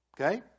okay